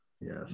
yes